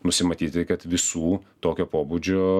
nusimatyti kad visų tokio pobūdžio